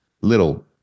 little